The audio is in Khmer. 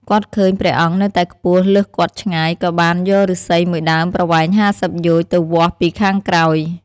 គាត់ឃើញព្រះអង្គនៅតែខ្ពស់លើសគាត់ឆ្ងាយ ក៏បានយកឫស្សីមួយដើមប្រវែង ៥០ យោជន៍ ទៅវាស់ពីខាងក្រោយ។